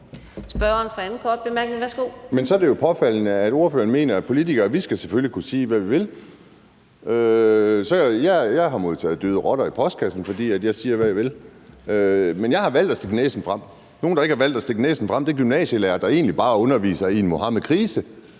det er jo påfaldende, at ordføreren mener, at vi politikere selvfølgelig skal kunne sige, hvad vi vil. Jeg har modtaget døde rotter i postkassen, fordi jeg siger, hvad jeg vil, men jeg har valgt at stikke næsen frem. Nogle, der ikke har valgt at stikke næsen frem, er gymnasielærere, der egentlig bare underviser i Muhammedkrisen